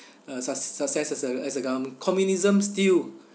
uh succ~ success as a as a government communism still